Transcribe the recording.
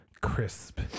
crisp